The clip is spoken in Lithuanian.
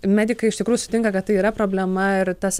medikai iš tikrųjų sutinka kad tai yra problema ir tas